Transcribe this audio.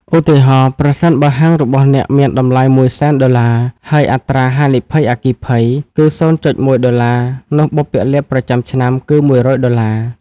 ឧទាហរណ៍៖ ប្រសិនបើហាងរបស់អ្នកមានតម្លៃ $100,000$ ហើយអត្រាហានិភ័យអគ្គិភ័យគឺ $0.1នោះបុព្វលាភប្រចាំឆ្នាំគឺ $100$ ដុល្លារ។